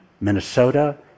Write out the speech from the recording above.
Minnesota